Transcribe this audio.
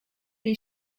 les